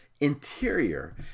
interior